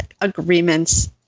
agreements